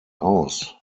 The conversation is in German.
aus